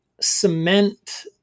cement